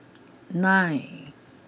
nine